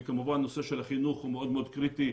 כמובן גם הנושא של החינוך הוא מאוד מאוד קריטי.